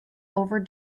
over